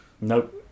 Nope